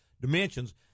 dimensions